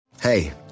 Hey